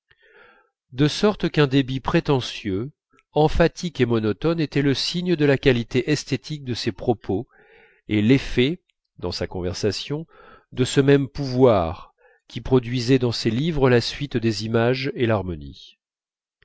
de sorte qu'un débit prétentieux emphatique et monotone était le signe de la qualité esthétique de ses propos et l'effet dans sa conversation de ce même pouvoir qui produisait dans ses livres la suite des images de l'harmonie